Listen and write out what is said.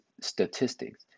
statistics